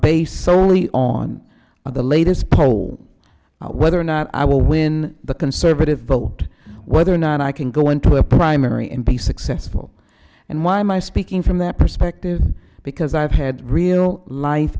based solely on the latest poll whether or not i will win the conservative vote whether or not i can go into a primary and be successful and why am i speaking from that perspective because i've had real life